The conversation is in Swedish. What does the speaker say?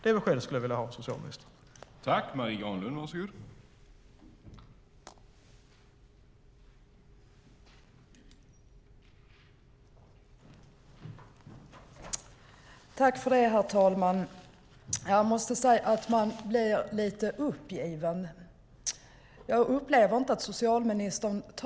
Det beskedet skulle jag vilja ha från socialministern.